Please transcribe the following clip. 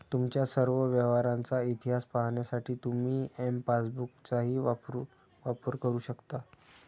तुमच्या सर्व व्यवहारांचा इतिहास पाहण्यासाठी तुम्ही एम पासबुकचाही वापर करू शकता